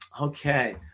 Okay